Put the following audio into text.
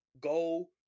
Go